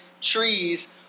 trees